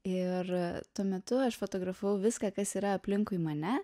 ir tuo metu aš fotografavau viską kas yra aplinkui mane